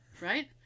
Right